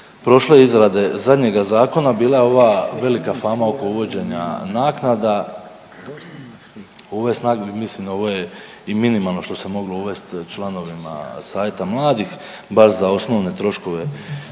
prošle izrade zadnjega zakona bila je ova velika fama oko uvođenja naknada. Uvesti, mislim ovo je i minimalno što se moglo uvesti članovima savjeta mladih, baš za osnovne troškove